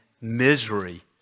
misery